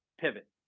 pivot